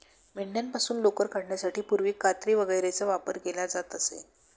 मेंढ्यांपासून लोकर काढण्यासाठी पूर्वी कात्री वगैरेचा वापर केला जात असे